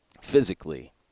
physically